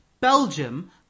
Belgium